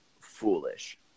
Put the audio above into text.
foolish